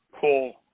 Cool